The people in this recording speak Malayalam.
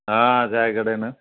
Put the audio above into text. ആ ചായക്കടയാണ്